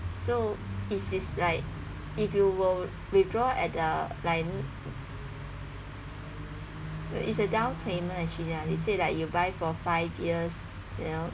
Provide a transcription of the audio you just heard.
so it is like if you will withdraw at the like it's a down payment actually ya they say like you buy for five years you know